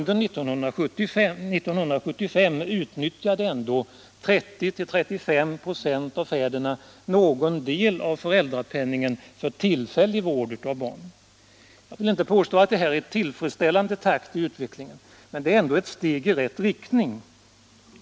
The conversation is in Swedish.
Under 1975 utnyttjade ändå 30-35 96 av fäderna någon del av föräldrapenningen för tillfällig vård av barn. Jag vill inte påstå att detta är en tillfredsställande utvecklingstakt, men det är ett steg i rätt riktning.